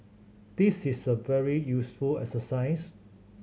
this is a very useful exercise